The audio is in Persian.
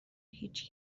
هیچ